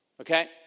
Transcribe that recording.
Okay